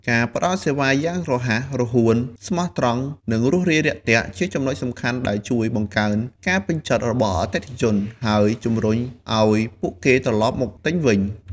ការផ្ដល់សេវាកម្មយ៉ាងរហ័សរហួន ស្មោះត្រង់ និងរួសរាយរាក់ទាក់ ជាចំណុចសំខាន់ដែលជួយបង្កើនការពេញចិត្តរបស់អតិថិជន ហើយជម្រុញឲ្យពួកគេត្រឡប់មកទិញវិញ។